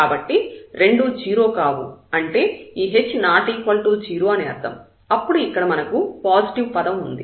కాబట్టి రెండూ 0 కావు అంటే ఈ h ≠ 0 అని అర్థం అప్పుడు ఇక్కడ మనకు పాజిటివ్ పదం ఉంది